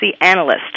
analyst